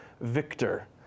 victor